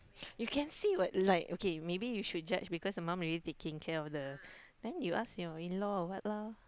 you can see what like okay maybe you should judge because the mum already taking care of the then you ask your in law or what loh